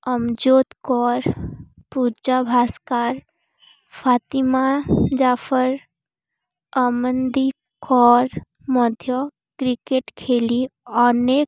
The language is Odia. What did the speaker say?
ଅମଜୋତ କର ପୂଜାଭାସ୍କର ଫାତିମା ଜାଫର ଅମନନ୍ଦୀପ କର ମଧ୍ୟ କ୍ରିକେଟ ଖେଳି ଅନେକ